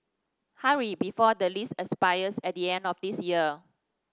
hurry before the lease expires at the end of this year